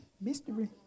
Mystery